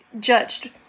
judged